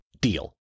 Deal